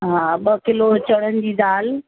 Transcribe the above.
हा ॿ किलो चणनि जी दाल